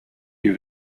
you